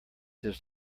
his